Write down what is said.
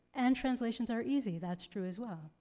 and translations are easy. that's true as well.